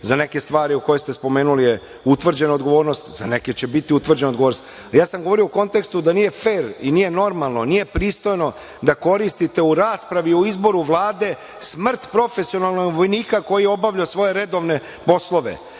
Za neke stvari koje ste spomenuli je utvrđena odgovornost, za neke će biti utvrđena odgovornost. Ja sam govorio u kontekstu da nije fer i nije normalno, nije pristojno da koristite u raspravi o izboru Vlade smrt profesionalnog vojnika koji je obavljao svoje redovne poslove